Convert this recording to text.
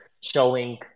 showing